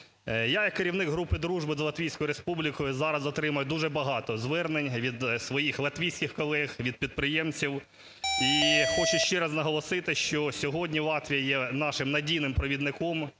Я як керівник групи дружби з Латвійською Республікою зараз отримую дуже багато звернень від своїх латвійських колег, від підприємців. І хочу ще раз наголосити, що сьогодні Латвія є нашим надійним провідником